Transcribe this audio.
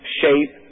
shape